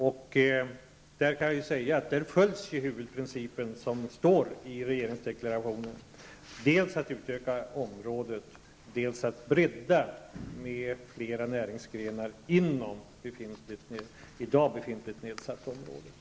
Jag kan säga att förslaget följer den huvudprincip som anges i regeringsdeklarationen, dels att utöka området, dels att bredda med fler näringsgrenar inom det område där nedsättningarna i dag gäller.